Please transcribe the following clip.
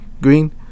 Green